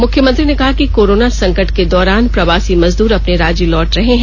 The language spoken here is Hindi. मुख्यमंत्री ने कहा कि कोरोना संकट के दौरान प्रवासी मजदूर अपने राज्य लौट रहे हैं